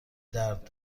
درد